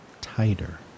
tighter